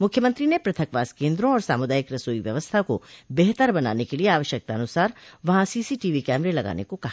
मुख्यमंत्री ने पृथकवास केन्द्रों और सामुदायिक रसोई व्यवस्था को बेहतर बनाने के लिये आवश्यकतानुसार वहां सीसी टीवी कैमरे लगाने को कहा